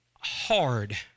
hard